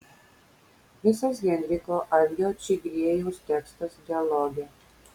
visas henriko algio čigriejaus tekstas dialoge